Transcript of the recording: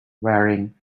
wearing